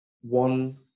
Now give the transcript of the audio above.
one